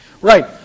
Right